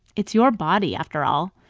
it's your body, after all.